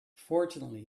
fortunately